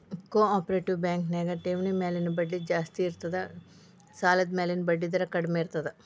ಕೊ operative bank ನ್ಯಾಗ ಠೆವ್ಣಿ ಮ್ಯಾಲಿನ್ ಬಡ್ಡಿ ಜಾಸ್ತಿ ಇರ್ತದ ಸಾಲದ್ಮ್ಯಾಲಿನ್ ಬಡ್ಡಿದರ ಕಡ್ಮೇರ್ತದ